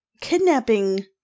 kidnapping